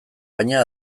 baina